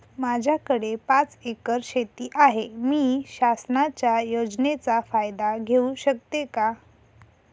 माझ्याकडे पाच एकर शेती आहे, मी शासनाच्या योजनेचा फायदा घेऊ शकते का?